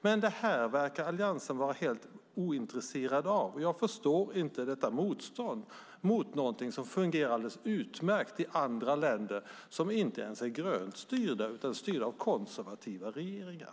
Men det verkar Alliansen vara helt ointresserad av. Jag förstår inte detta motstånd mot någonting som fungerar alldeles utmärkt i andra länder som inte ens är grönt styrda utan av konservativa regeringar.